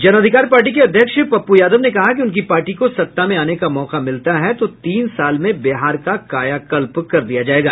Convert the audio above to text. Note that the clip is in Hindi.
जन अधिकार पार्टी के अध्यक्ष पप्प् यादव ने कहा कि उनकी पार्टी को सत्ता में आने का मौका मिलता है तो तीन साल में बिहार का कायाकल्प कर दिया जायेगा